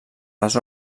les